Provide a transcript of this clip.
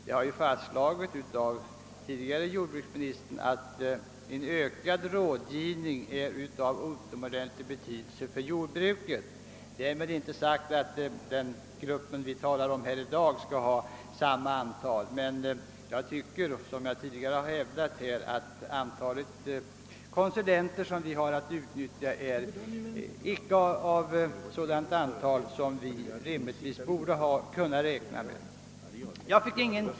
Det har fastslagits av den tidigare jordbruksministern att en ökad rådgivningsverksamhet har utomordentlig betydelse för jordbruket, men därmed är inte sagt att den grupp vi talar om i dag skall ha sådan i samma omfattning. Som tidigare hävdar jag dock att det antal konsulter vi har att utnyttja icke är så stort som vi rimligtvis borde kunna räkna med.